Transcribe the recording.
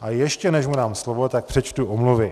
Ale ještě než mu dám slovo, tak přečtu omluvy.